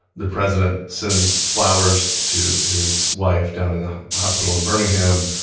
the president sends flowers to his wife down in the hospital in birmingham,